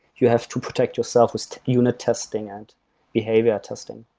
you have to protect yourself with unit testing and behavior testing.